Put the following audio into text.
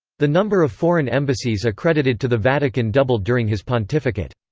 the number of foreign embassies accredited to the vatican doubled during his pontificate.